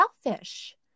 selfish